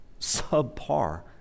subpar